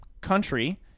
country